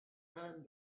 and